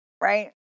right